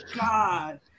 God